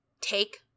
take